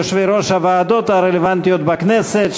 יושבי-ראש הוועדות הרלוונטיות בכנסת,